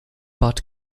bad